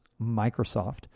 Microsoft